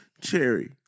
cherry